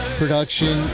production